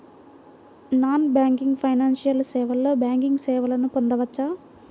Non banking financial సేవలో banking సేవలను పొందవచ్చా?